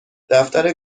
دفتر